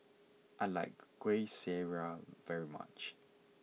I like Kueh Syara very much